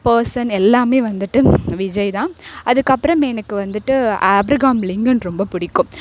person எல்லாமே வந்துட்டு விஜய் தான் அதுக்கு அப்புறம் எனக்கு வந்துட்டு ஆப்ரகாம்லிங்கன் ரொம்ப பிடிக்கும்